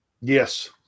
Yes